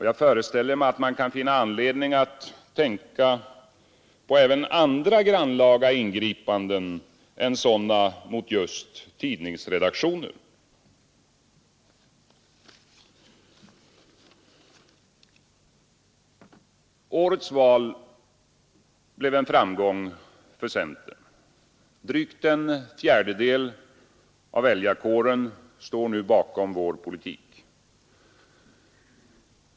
Jag föreställer mig att man kan finna anledning att tänka på även andra grannlaga ingripanden än sådana mot just tidningsredaktioner. Årets val blev en ny framgång för centern. Drygt en fjärdedel av väljarkåren står nu bakom vår politik.